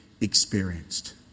experienced